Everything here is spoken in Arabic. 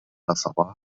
صباح